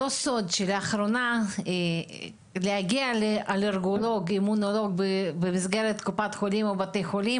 זה לא סוד שלאחרונה להגיע לרופא אלרגיה במסגרת קופת חולים או בתי חולים,